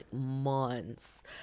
months